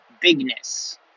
bigness